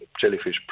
jellyfish